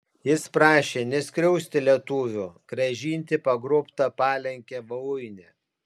jis prašė neskriausti lietuvių grąžinti pagrobtą palenkę voluinę